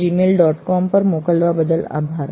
com પર મોકલાવ બદલ આભાર